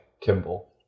Kimball